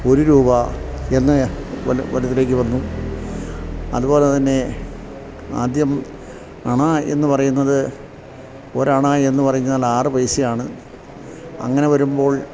ഒരു രൂപ എന്ന വലുതിലേക്കു വന്നു അതുപോലെ തന്നെ ആദ്യം അണ എന്നു പറയുന്നത് ഒരണ എന്നു പറഞ്ഞാൽ ആറു പൈസയാണ് അങ്ങനെ വരുമ്പോൾ